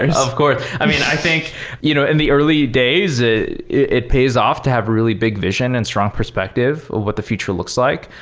and of course. i mean, i think in you know and the early days, it it pays off to have really big vision and strong perspective of what the future looks like.